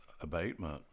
abatement